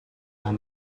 and